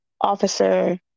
Officer